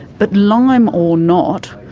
but lyme or not,